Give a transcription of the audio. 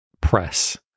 press